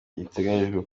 byitabiriwe